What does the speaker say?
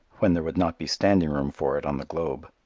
when there would not be standing room for it on the globe.